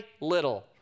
little